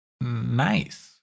Nice